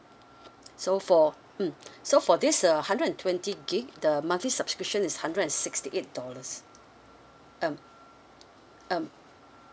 so for mm so for this uh hundred and twenty gig the monthly subscription is hundred and sixty eight dollars um um